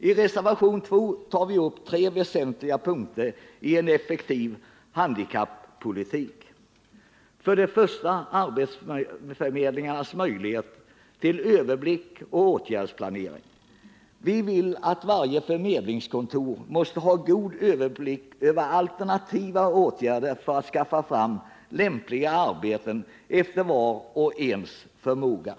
I reservationen 3 tar vi upp tre väsentliga punkter i en effektiv handikapppolitik. Den första gäller arbetsförmedlingarnas möjligheter till överblick och åtgärdsplanering. Vi vill att varje förmedlingskontor skall ha god överblick överalternativa åtgärder för att skaffa fram lämpliga arbeten efter vars och ens förmåga.